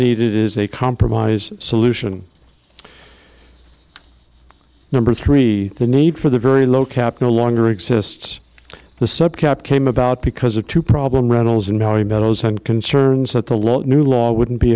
needed is a compromise solution number three the need for the very low cap no longer exists the sub cap came about because of two problem runnels and now he bellows and concerns that the last new law wouldn't be